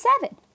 seven